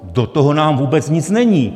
Do toho nám vůbec nic není!